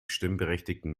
stimmberechtigten